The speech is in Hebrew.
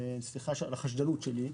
וסליחה על החשדנות שלי,